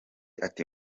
ati